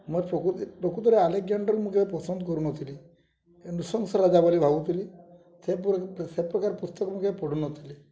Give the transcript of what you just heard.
ମୋର ପ୍ରକୃତି ପ୍ରକୃତରେ ଆଲେକ୍ସଜାଣ୍ଡାର ମୁଁ କେବେ ପସନ୍ଦ କରୁନଥିଲି ନୃସଂସ ରାଜା ବୋଲି ଭାବୁଥିଲି ସେ ପ୍ରକାର ପୁସ୍ତକ ମୁଁ କେବେ ପଢ଼ୁନଥିଲି